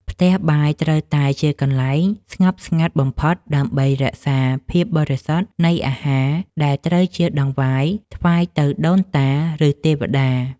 ផ្ទះបាយត្រូវតែក្លាយជាកន្លែងស្ងប់ស្ងាត់បំផុតដើម្បីរក្សាភាពបរិសុទ្ធនៃអាហារដែលត្រូវជាដង្វាយថ្វាយទៅដូនតាឬ ទេវតា។